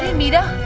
ah meera!